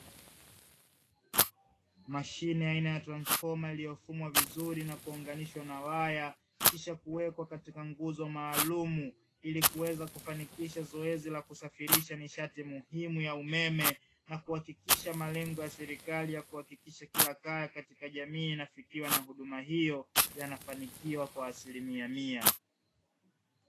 Mashine aina ya transfoma iliyofumwa vizuri na kuunganishwa na waya kisha kuwekwa katika nguzo maalumu ili kuweza kufanikisha zoezi la kusafirisha nishati muhimu ya umeme na kuhakikisha malengo ya serikali ya kuhakikisha kila kaya katika jamii inafikiwa na huduma hiyo yanafanikiwa kwa asilimia mia.